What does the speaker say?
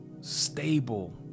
stable